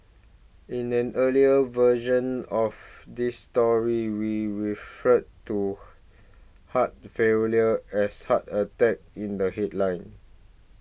in an earlier version of this story we referred to heart failure as heart attack in the headline